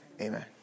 Amen